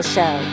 Show